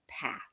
path